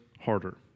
harder